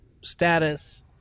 status